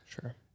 Sure